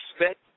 expect